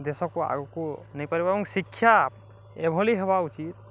ଦେଶକୁ ଆଗକୁ ନେଇପାରିବ ଏବଂ ଶିକ୍ଷା ଏଭଳି ହେବା ଉଚିତ୍